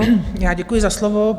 Já děkuji za slovo.